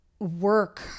work